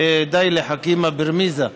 ודי לחכימא ברמיזא.